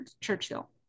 Churchill